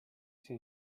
sia